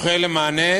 זוכה למענה,